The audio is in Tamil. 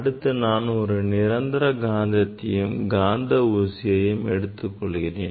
அடுத்து நான் ஒரு நிரந்தர காந்தத்தையும் காந்த ஊசியையும் எடுத்துக்கொள்கிறேன்